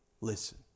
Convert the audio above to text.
listen